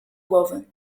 głowy